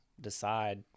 decide